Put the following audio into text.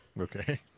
Okay